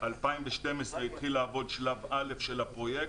ב-2012 התחיל לעבוד שלב א' של הפרויקט.